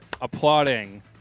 applauding –